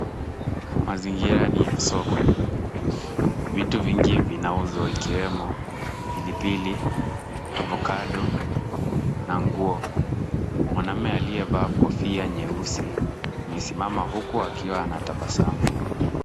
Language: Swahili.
Mazingira ni ya soko. Vitu vingi vinauzwa ikiwemo pilipili, avocado na nguo. Mwanamme aliyevaa kofia nyeusi amesimama huku akiwa anatabasamu.